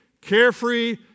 carefree